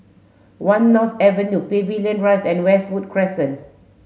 One North Avenue Pavilion Rise and Westwood Crescent